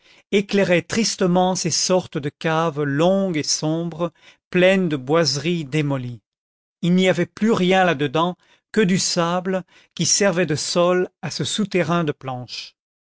éclairait tristement ces sortes de caves longues et sombres pleines de boiseries démolies il n'y avait plus rien là-dedans que du sable qui servait de sol à ce souterrain de planches